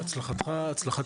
הצלחתו, הצלחת